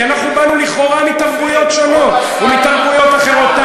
כי אנחנו באנו לכאורה מתרבויות שונות ומתרבויות אחרות,